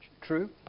True